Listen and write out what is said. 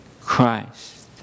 Christ